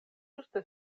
ĝuste